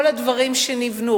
כל הדברים שנבנו,